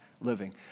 living